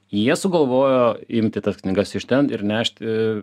jie sugalvojo imti tas knygas iš ten ir nešti